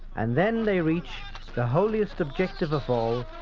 and then they reach the holiest objective of all,